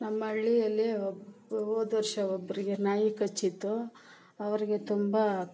ನಮ್ಮ ಹಳ್ಳಿಯಲ್ಲಿ ಹೋದ ವರ್ಷ ಒಬ್ಬರಿಗೆ ನಾಯಿ ಕಚ್ಚಿತ್ತು ಅವರಿಗೆ ತುಂಬ